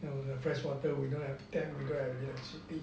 the freshwater we don't have tap we don't have electricity